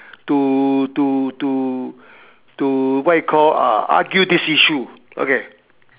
to to to to what you call uh argue this issue okay